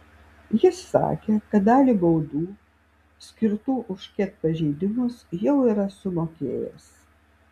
jis sakė kad dalį baudų skirtų už ket pažeidimus jau yra sumokėjęs